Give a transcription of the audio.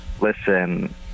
Listen